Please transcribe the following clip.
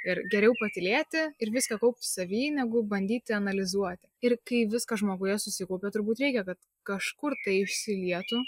ir geriau patylėti ir viską kaupti savy negu bandyti analizuoti ir kai viskas žmoguje susikaupia turbūt reikia kad kažkur tai išsilietų